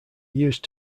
used